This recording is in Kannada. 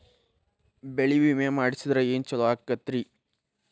ಬೆಳಿ ವಿಮೆ ಮಾಡಿಸಿದ್ರ ಏನ್ ಛಲೋ ಆಕತ್ರಿ?